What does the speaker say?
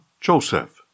Joseph